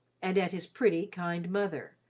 and at his pretty, kind mother,